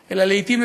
אה, אתם,